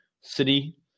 city